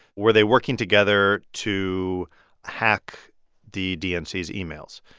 were they working together to hack the dnc's emails?